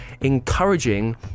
encouraging